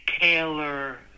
Taylor